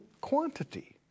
quantity